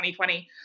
2020